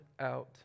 out